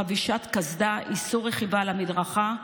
חבישת קסדה ואיסור רכיבה על המדרכה,